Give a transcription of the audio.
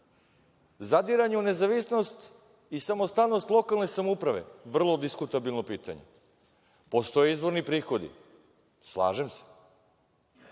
Zadiranje u nezavisnost i samostalnost lokalne samouprave, vrlo diskutabilno pitanje. Postoje izvorni prihodi. Slažem se.